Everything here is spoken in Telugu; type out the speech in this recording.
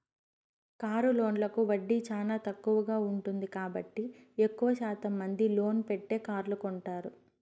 కారు లోన్లకు వడ్డీ చానా తక్కువగా ఉంటుంది కాబట్టి ఎక్కువ శాతం మంది లోన్ పెట్టే కార్లు కొంటారు